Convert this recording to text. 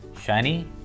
Shiny